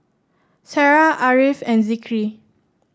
Sarah Ariff and Zikri